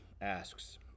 asks